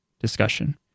discussion